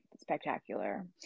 spectacular